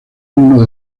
uno